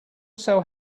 sell